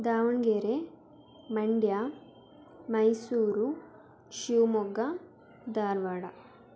Davanagere Mandya Mysuru Shivamogga Dharwad